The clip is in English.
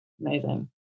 Amazing